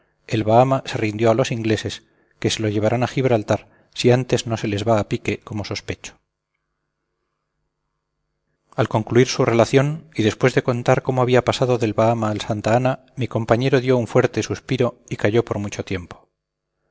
el bahama se rindió a los ingleses que se lo llevarán a gibraltar si antes no se les va a pique como sospecho al concluir su relación y después de contar cómo había pasado del bahama al santa ana mi compañero dio un fuerte suspiro y calló por mucho tiempo